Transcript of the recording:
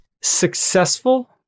successful